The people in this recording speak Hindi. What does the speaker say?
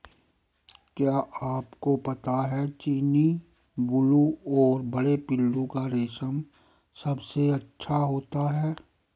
क्या आपको पता है चीनी, बूलू और बड़े पिल्लू का रेशम सबसे अच्छा होता है?